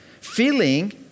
feeling